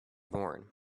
born